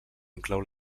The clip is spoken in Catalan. inclou